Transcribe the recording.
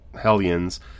hellions